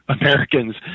Americans